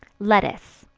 lettuce.